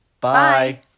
Bye